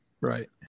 right